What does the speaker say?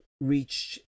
reached